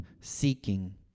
seeking